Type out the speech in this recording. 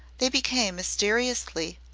they became mysteriously,